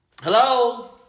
Hello